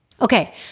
Okay